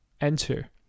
enter